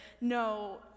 No